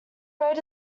road